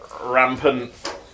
rampant